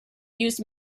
used